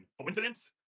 Coincidence